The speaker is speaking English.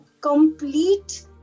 complete